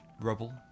rubble